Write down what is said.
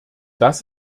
das